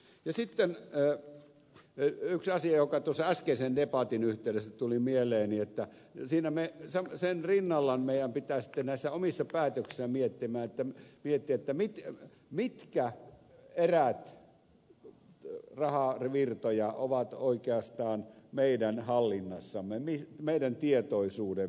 ja sitten yksi asia joka tuossa äskeisen debatin yhteydessä tuli mieleeni että siinä sen rinnalla meidän pitäisi sitten näissä omissa päätöksissämme miettiä mitkä erät rahavirtoja ovat oikeastaan meidän hallinnassamme meidän tietoisuudessamme